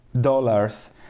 dollars